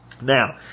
Now